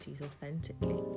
authentically